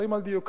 דברים על דיוקם.